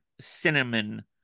cinnamon